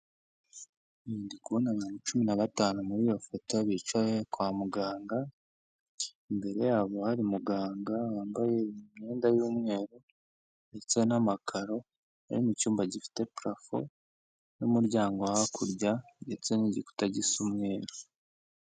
Ndi kubona abantu cumi na batanu muri iyofoto bicaye kwa muganga, imbere yabo hari muganga wambaye imyenda y'umweru, ndetse n'amakaro ari mu cyumba gifite purafo n'umuryango hakurya ndetse n'igikuta gisa umweru.